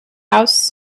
house